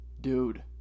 Dude